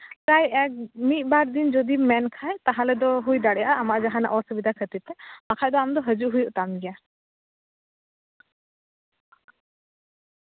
ᱯᱨᱟᱭ ᱮᱠ ᱢᱤᱫᱼᱵᱟᱨ ᱫᱤᱱ ᱡᱩᱫᱤᱢ ᱢᱮᱱ ᱠᱷᱟᱡ ᱛᱟᱦᱚᱞᱮ ᱫᱚ ᱦᱩᱭ ᱫᱟᱲᱮᱭᱟᱜᱼᱟ ᱟᱢᱟᱜ ᱡᱟᱦᱟᱱᱟᱜ ᱚᱥᱩᱵᱤᱫᱟ ᱠᱷᱟᱹᱛᱤᱨ ᱛᱮ ᱵᱟᱠᱷᱟᱡ ᱫᱚ ᱟᱢ ᱫᱚ ᱦᱟᱹᱡᱩᱜ ᱦᱩᱭᱩᱜ ᱛᱟᱢ ᱜᱮᱭᱟ